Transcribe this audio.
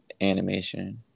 animation